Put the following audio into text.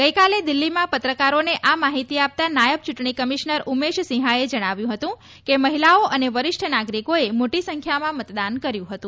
ગઈકાલે દિલ્હીમાં પત્રકારોને આ માહિતી આપતા નાયબ ચૂંટણી કમિશનર ઉમેશ સિંહાએ જણાવ્યું હતું કે મહિલાઓ અને વરિષ્ઠ નાગરિકોએ મોટી સંખ્યામાં મતદાન કર્યું હતું